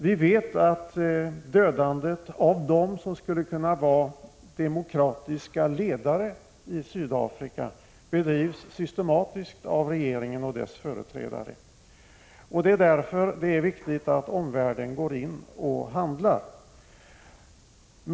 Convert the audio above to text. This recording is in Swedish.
Vi vet också att dödandet av dem som skulle kunna vara demokratiska ledare i Sydafrika bedrivs systematiskt av regeringen och dess företrädare. Det är därför som det är viktigt att omvärlden handlar.